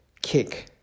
kick